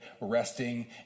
resting